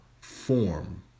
form